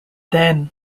then